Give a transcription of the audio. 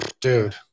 Dude